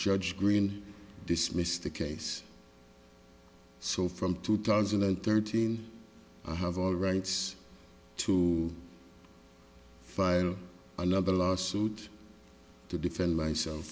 judge greene dismissed the case so from two thousand and thirteen i have all rights to file another lawsuit to defend myself